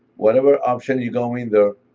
whatever option you go in there,